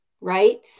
right